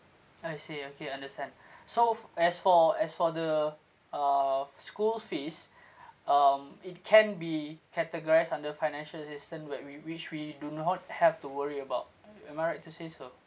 I see okay understand so f~ as for as for the ah school fees um it can be categorised under financial assistance where we which we do not have to worry about a~ am I right to say so